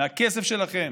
מהכסף שלכם,